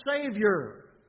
Savior